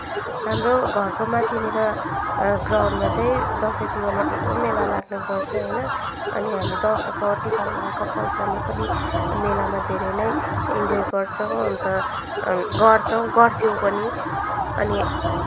हाम्रो घरको माथिनिर ग्राउन्डमा चाहिँ दसैँ तिहारमा ठुलो मेला लाग्ने गर्छ होइन अनि हामी दसैँको टिका लगाएको पैसाले पनि मेलामा धेरै नै इन्जोय गर्छौँ अन्त गर्छौँ गर्थ्यौँ पनि अनि